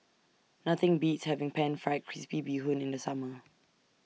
Nothing Beats having Pan Fried Crispy Bee Hoon in The Summer